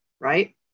right